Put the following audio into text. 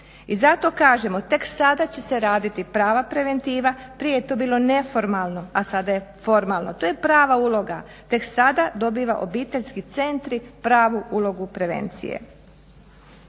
I zato kažemo, tek sada će se raditi prava preventiva. Prije je to bilo neformalno, a sada je formalno. To je prava uloga, tek sada dobiva obiteljski centri pravu ulogu prevencije.